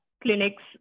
clinics